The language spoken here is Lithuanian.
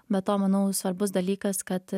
be to manau svarbus dalykas kad